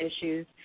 issues